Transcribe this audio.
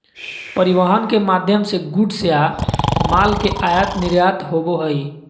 परिवहन के माध्यम से गुड्स या माल के आयात निर्यात होबो हय